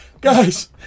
guys